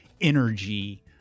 energy